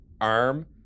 arm